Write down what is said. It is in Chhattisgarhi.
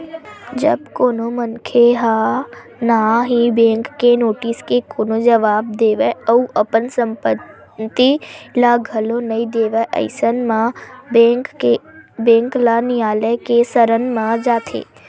जब कोनो मनखे ह ना ही बेंक के नोटिस के कोनो जवाब देवय अउ अपन संपत्ति ल घलो नइ देवय अइसन म बेंक ल नियालय के सरन म जाथे